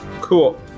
Cool